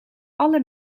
alle